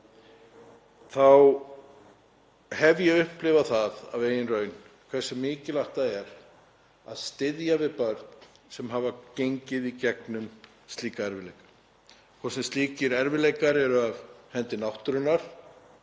þá hef ég upplifað það af eigin raun hversu mikilvægt það er að styðja við börn sem hafa gengið í gegnum slíka erfiðleika, hvort sem slíkir erfiðleikar eru af hendi náttúrunnar